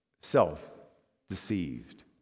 self-deceived